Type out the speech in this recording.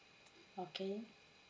okay